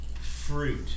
fruit